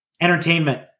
entertainment